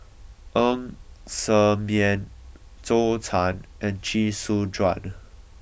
En Ser Miang Zhou Can and Chee Su Juan